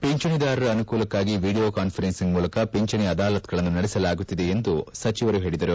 ಪಿಂಚಣಿದಾರರ ಆನುಕೂಲಕ್ಕಾಗಿ video conferencing ಮೂಲಕ ಪಿಂಚಣಿ ಅದಾಲತ್ಗಳನ್ನು ನಡೆಸಲಾಗುತ್ತಿದೆ ಎಂದು ಸಚಿವರು ಹೇಳಿದರು